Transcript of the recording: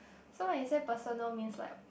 so when you say personal means like